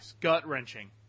gut-wrenching